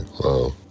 Wow